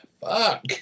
fuck